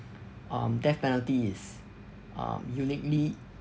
um death penalty is um uniquely